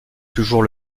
toujours